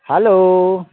hello